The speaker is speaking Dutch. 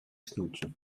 snoetje